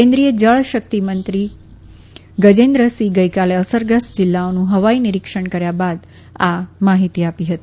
કેન્દ્રીય ળ શક્તિ મંત્રી ગજેન્દ્રસિંહ ગઇકાલે સરગ્રસ્ત િલ્લાઓનું હવાઈ નિરીક્ષણ કર્યા બાદ આ માહિતી આપી હતી